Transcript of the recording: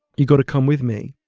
you've got to come with me.